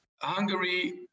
Hungary